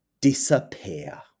disappear